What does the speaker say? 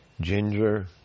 ginger